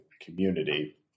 community